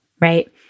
right